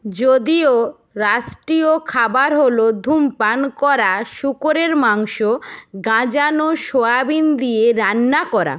যদিও রাষ্ট্রীয় খাবার হল ধূমপান করা শূকরের মাংস গাঁজানো সয়াবিন দিয়ে রান্না করা